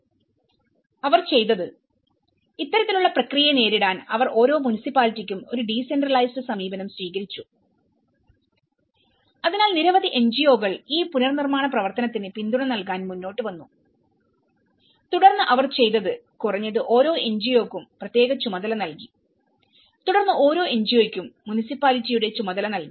അവർ ചെയ്തത് ഇത്തരത്തിലുള്ള പ്രക്രിയയെ നേരിടാൻ അവർ ഓരോ മുനിസിപ്പാലിറ്റിക്കും ഒരു ഡീസെൻട്രലൈസ്ഡ് സമീപനം സ്വീകരിച്ചു അതിനാൽ നിരവധി എൻജിഒകൾ ഈ പുനർനിർമ്മാണ പ്രവർത്തനത്തിന് പിന്തുണ നൽകാൻ മുന്നോട്ട് വന്നു തുടർന്ന് അവർ ചെയ്തത് കുറഞ്ഞത് ഓരോ എൻജിഒയ്ക്കും പ്രത്യേക ചുമതല നൽകി തുടർന്ന് ഓരോ എൻജിഒയ്ക്കും മുനിസിപ്പാലിറ്റിയുടെ ചുമതല നൽകി